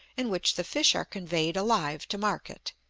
in which the fish are conveyed alive to market,